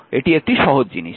এটি একটি সহজ জিনিস